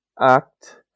act